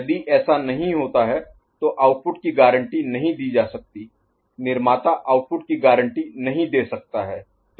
यदि ऐसा नहीं होता है तो आउटपुट की गारंटी नहीं दी जा सकती निर्माता आउटपुट की गारंटी नहीं दे सकता है